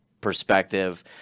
perspective